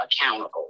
accountable